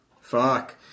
Fuck